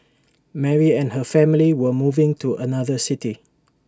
Mary and her family were moving to another city